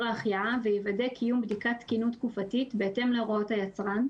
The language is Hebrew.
ההחייאה ויוודא קיום בדיקת תקינות תקופתית בהתאם להוראות היצרן,